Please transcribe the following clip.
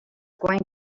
going